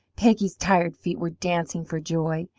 peggy's tired feet were dancing for joy.